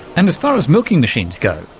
and as far as milking machines go,